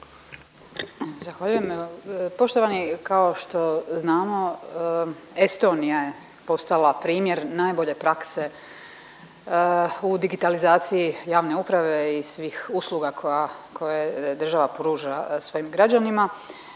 Zahvaljujem. Poštovani, kao što znamo Estonija je postala primjer najbolje prakse u digitalizaciji javne uprave i svih usluga koja, koje država pruža svojim građanima.